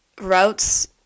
routes